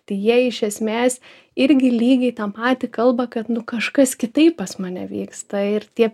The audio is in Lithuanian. tai jie iš esmės irgi lygiai tą patį kalba kad nu kažkas kitaip pas mane vyksta ir tie